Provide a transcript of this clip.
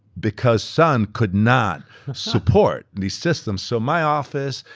because sun could not support the system so my office,